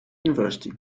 university